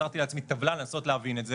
יצרתי לעצמי טבלה לנסות להבין את זה